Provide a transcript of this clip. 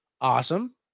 awesome